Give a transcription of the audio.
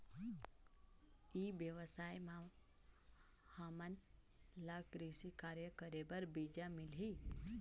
ई व्यवसाय म हामन ला कृषि कार्य करे बर बीजा मिलही?